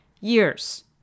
years